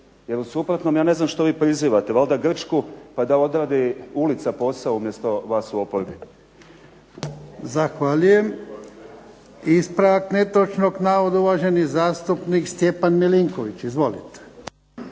jer u suprotnom ja ne znam što vi prizivate, valjda Grčku pa da odradi ulica posao umjesto vas u oporbi. **Jarnjak, Ivan (HDZ)** Zahvaljujem. Ispravak netočnog navoda, uvaženi zastupnik Stjepan Milinković. Izvolite.